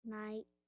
night